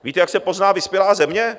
Víte, jak se pozná vyspělá země?